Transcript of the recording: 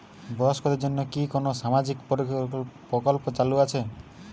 বয়স্কদের জন্য কি কোন সামাজিক প্রকল্প চালু রয়েছে?